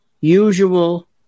usual